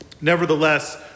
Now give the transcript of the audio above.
Nevertheless